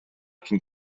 cyn